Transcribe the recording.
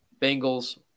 Bengals